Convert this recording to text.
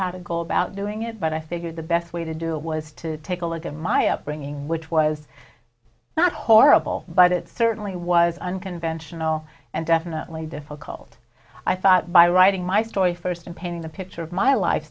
how to go about doing it but i figured the best way to do was to take a look at my upbringing which was not horrible but it certainly was unconventional and definitely difficult i thought by writing my story first and painting a picture of my life